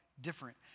different